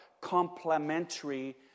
complementary